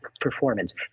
performance